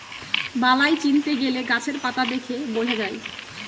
বালাই চিনতে গেলে গাছের পাতা দেখে বোঝা যায়